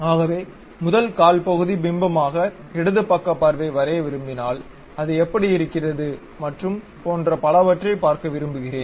ஆகவே முதல் கால் பகுதி பிம்பமாக இடது பக்க பார்வை வரைய விரும்பினால் அது எப்படி இருக்கிறது மற்றும் போன்ற பலவற்றைப் பார்க்க விரும்புகிறேன்